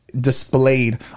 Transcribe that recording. displayed